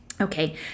Okay